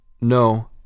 No